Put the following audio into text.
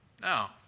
Now